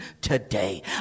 today